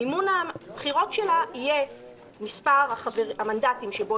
מימון הבחירות שלה יהיה מספר המנדטים שבו